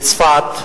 בצפת: